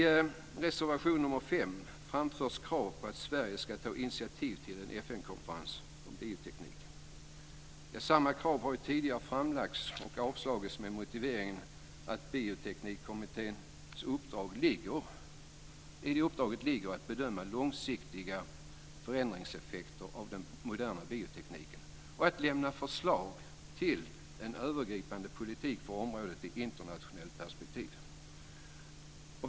I reservation nr 5 framförs krav på att Sverige ska ta initiativ till en FN-konferens om bioteknik. Samma krav har tidigare framlagts och avslagits med motiveringen att det i Bioteknikkommitténs uppdrag ligger att bedöma långsiktiga förändringseffekter av den moderna biotekniken och att lämna förslag till en övergripande politik för området i ett internationellt perspektiv.